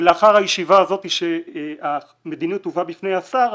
ולאחר הישיבה הזאת שהמדיניות הובאה בפני השר,